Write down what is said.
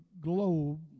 globe